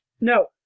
No